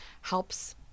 helps